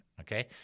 okay